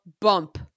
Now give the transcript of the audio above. bump